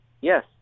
Yes